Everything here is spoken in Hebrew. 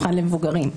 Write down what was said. זה.